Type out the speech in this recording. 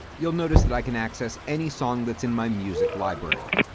you'll notice that i can access any song that's in my music library.